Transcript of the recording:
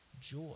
joy